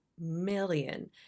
million